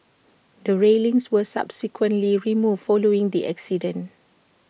the railings were subsequently removed following the accident